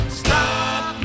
stop